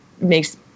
makes